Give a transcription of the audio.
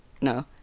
no